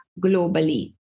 globally